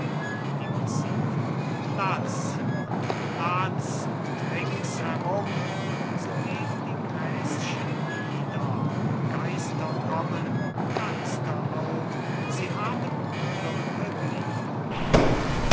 die massiven platz und platz und ringsherum so gehn die gräschen nieder geister kommen geister auch sie haben plumpe glieder